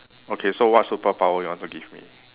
okay so what superpower you want to give me